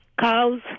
cows